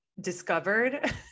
discovered-